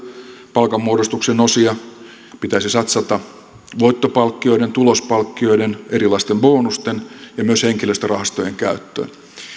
palkanmuodostuksen osia pitäisi satsata voittopalkkioiden tulospalkkioiden erilaisten bonusten ja myös henkilöstörahastojen käyttöön